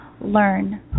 learn